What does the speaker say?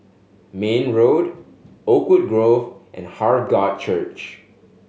Mayne Road Oakwood Grove and Heart God Church